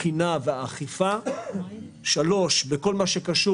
התקינה והאכיפה; שלוש - בכל מה שקשור